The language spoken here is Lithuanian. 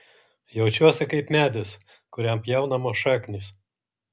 jaučiuosi kaip medis kuriam pjaunamos šaknys